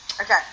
Okay